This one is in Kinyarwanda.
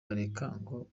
ngo